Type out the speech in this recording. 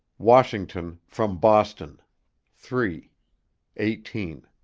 washington from boston three eighteen